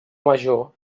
major